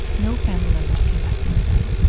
no family members came back from the dead.